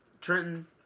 Trenton